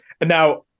Now